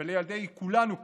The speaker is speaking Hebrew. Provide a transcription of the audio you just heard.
ולילדי כולנו כאן,